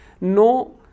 no